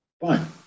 Fine